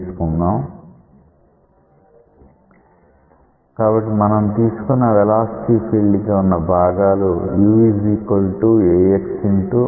u ax1 2t కాబట్టి మనం తీసుకున్న వెలాసిటీ ఫీల్డ్ కి వున్న భాగాలు v by అనుకుందాం